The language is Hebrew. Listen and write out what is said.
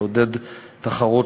לעודד תחרות,